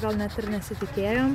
gal net ir nesitikėjom